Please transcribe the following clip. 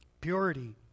purity